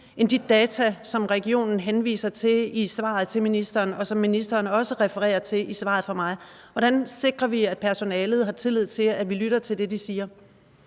end de data, som regionen henviser til i svaret til ministeren, og som ministeren også refererer til i svaret til mig? Hvordan sikrer vi, at personalet har tillid til, at vi lytter til det, de siger?